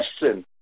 listen